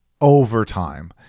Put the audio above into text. overtime